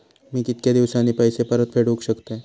मी कीतक्या दिवसांनी पैसे परत फेडुक शकतय?